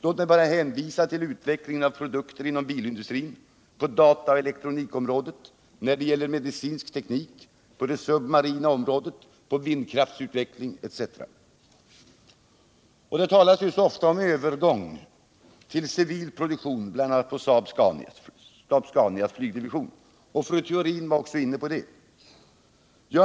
Låt mig bara hänvisa till utvecklingen av produkter inom bilindustrin, på data och elektronikområdet, när det gäller medicinsk teknik, på det submarina området, i fråga om vindkraftsutveckling etc. Det talas så ofta om övergång till civil produktion, bl.a. på Saab-Scanias flygdivision — fru Theorin var också inne på det.